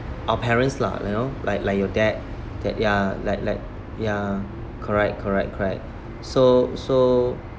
our parents lah you know like like your dad that ya like like ya correct correct correct so so